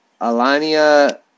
Alania